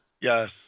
Yes